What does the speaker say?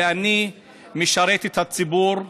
ואני משרת את הציבור,